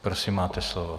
Prosím, máte slovo.